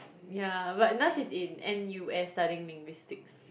yeah but now she's in n_u_s studying linguistic